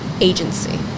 agency